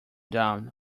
down